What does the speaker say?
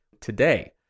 today